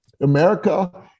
america